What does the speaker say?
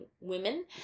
women